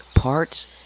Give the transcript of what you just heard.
Parts